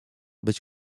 być